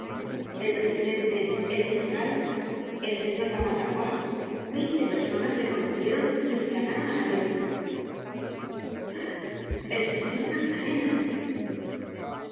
el presidente el fiscal el señor bamatabois veinte personas le conocieron y esclamaron á la vez el señor magdalena